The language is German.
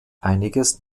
einiges